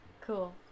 cool